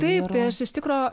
taip tai aš iš tikro